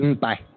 Bye